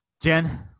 Jen